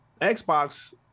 Xbox